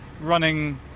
running